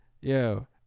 Yo